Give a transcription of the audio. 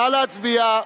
נא להצביע.